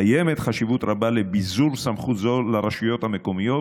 קיימת חשיבות רבה בביזור סמכות זו לרשויות המקומיות